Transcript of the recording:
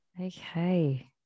okay